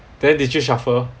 then did you shuffle